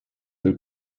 the